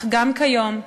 אך גם כיום,